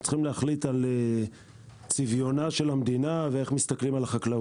צריכים להחליט על צביונה של המדינה ואיך מסתכלים על החקלאות.